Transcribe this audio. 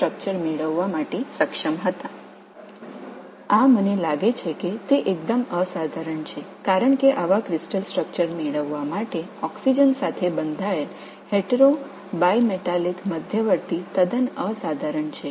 இது மிகவும் தனித்துவமானது என்று நான் நினைக்கிறேன் ஏனென்றால் அத்தகைய படிக அமைப்பைப் பெறுவதற்கு ஆக்ஸிஜனுடன் பிணைக்கப்பட்ட ஹெட்ரோ பைமெட்டாலிக் இடைநிலை மிகவும் தனித்துவமானது